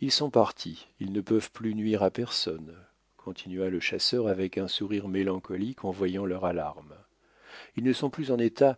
ils sont partis ils ne peuvent plus nuire à personne continua le chasseur avec un sourire mélancolique en voyant leur alarme ils ne sont plus en état